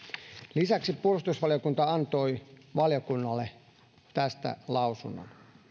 lisäksi puolustusvaliokunta antoi valiokunnalle tästä lausunnon